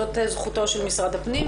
זאת זכותו של משרד הפנים,